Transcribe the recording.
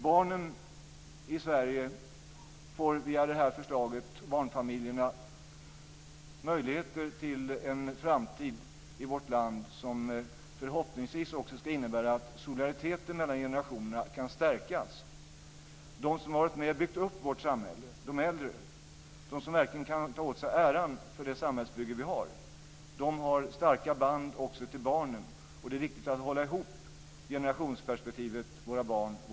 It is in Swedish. Barnen och barnfamiljerna i Sverige får via detta förslag möjligheter till en framtid i vårt land som förhoppningsvis också ska innebära att solidariteten mellan generationerna kan stärkas. De som har varit med och byggt upp vårt samhälle - de äldre, de som verkligen kan ta åt sig äran för det samhällsbygge vi har - har starka band också till barnen, och det är viktigt att hålla ihop generationsperspektivet våra barn-våra äldre.